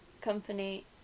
Company